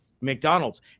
McDonald's